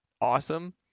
awesome